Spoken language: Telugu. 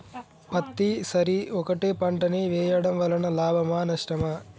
పత్తి సరి ఒకటే పంట ని వేయడం వలన లాభమా నష్టమా?